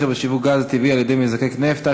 (מכר ושיווק של גז טבעי על-ידי מזקק נפט),